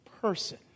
person